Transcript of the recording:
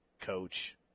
coach